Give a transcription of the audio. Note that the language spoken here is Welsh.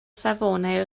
safonau